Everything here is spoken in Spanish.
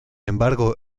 embargo